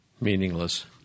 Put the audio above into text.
meaningless